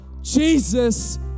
Jesus